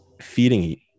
feeding